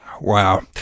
Wow